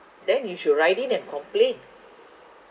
then you should write in and complain